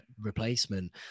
replacement